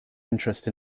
interest